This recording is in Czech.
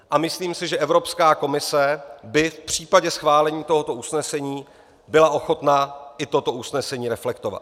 A myslím si, že Evropská komise by v případě schválení tohoto usnesení byla ochotna i toto usnesení reflektovat.